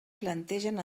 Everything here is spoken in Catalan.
plantegen